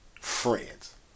friends